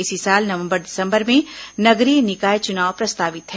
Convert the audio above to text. इसी साल नवंबर दिसंबर में नगरीय निकाय चुनाव प्रस्तावित है